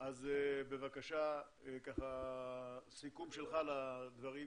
בבקשה, סיכום שלך לדברים